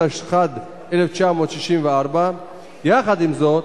התשכ"ד 1964. יחד עם זאת,